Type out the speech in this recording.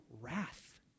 wrath